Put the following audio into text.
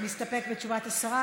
מסתפק בתשובת השרה.